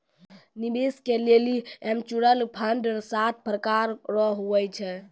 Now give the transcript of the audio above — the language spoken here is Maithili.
निवेश के लेली म्यूचुअल फंड सात प्रकार रो हुवै छै